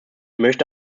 möchte